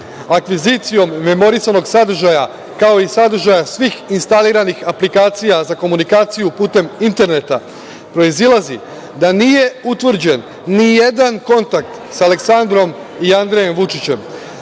akvizicijom memorisanog sadržaja, kao i sadržaja svih instaliranih aplikacija za komunikaciju putem interneta, proizilazi da nije utvrđen nijedan kontakt sa Aleksandrom i Andrejem Vučićem,